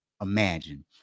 imagine